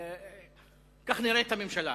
כך גם נראית הממשלה.